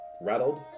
rattled